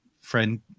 friend